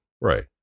Right